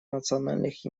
национальных